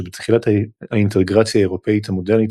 שבתחילת האינטגרציה האירופית המודרנית